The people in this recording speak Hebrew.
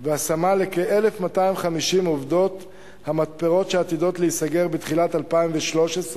והשמה לכ-1,250 עובדות המתפרות שעתידות להיסגר בתחילת 2013,